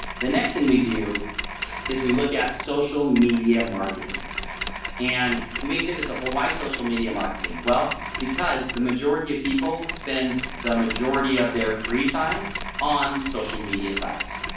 the next thing we do is we look at social media marketing and you may say yourself ah why social media marketing. well because the majority of people spend the majority of their free time on social media sites.